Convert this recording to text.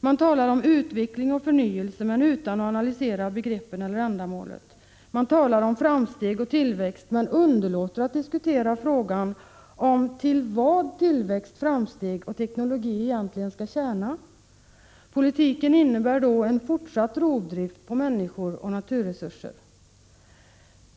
Man talar om utveckling och förnyelse men utan att analysera begreppen eller ändamålet. Man talar om framsteg och tillväxt men underlåter att diskutera frågan om till vad tillväxt, framsteg och teknologi egentligen skall tjäna. Politiken innebär då en fortsatt rovdrift på människor och naturresurser.